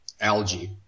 Algae